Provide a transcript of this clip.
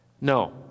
No